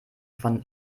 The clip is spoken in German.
von